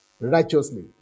righteously